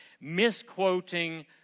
misquoting